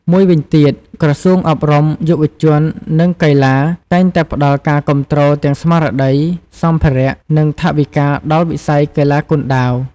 មួយវិញទៀត ក្រសួងអប់រំ យុវជន និងកីឡា តែងតែផ្តល់ការគាំទ្រទាំងស្មារតី សម្ភារៈ និងថវិកាដល់វិស័យកីឡាគុនដាវ។